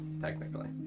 technically